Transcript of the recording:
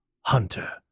hunter